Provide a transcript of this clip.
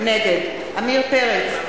נגד עמיר פרץ,